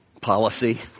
policy